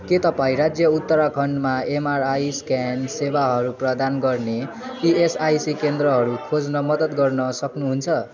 के तपाईँँ राज्य उत्तराखण्डमा एमआरआई स्क्यान सेवाहरू प्रदान गर्ने इएसआइसी केन्द्रहरू खोज्न मद्दत गर्न सक्नुहुन्छ